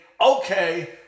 okay